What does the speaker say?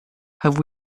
have